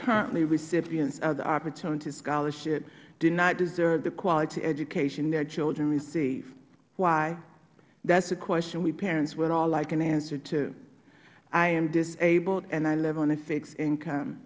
currently recipients of the opportunity scholarship do not deserve the quality education their children receive why that's a question we parents would all like an answer to i am disabled and i live on a fixed income